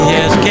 Yes